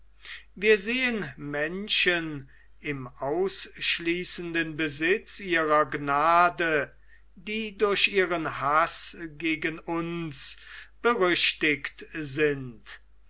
wir sehen menschen im ausschließenden besitz ihrer gnade die durch ihren haß gegen uns berüchtigt sind